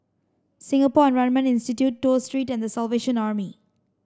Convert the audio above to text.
Singapore Environment Institute Toh Street and the Salvation Army